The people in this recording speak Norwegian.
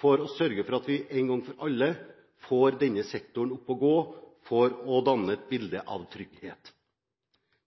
for å sørge for at vi en gang for alle får denne sektoren opp å gå, for å danne et bilde av trygghet.